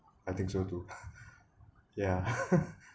I think so too yeah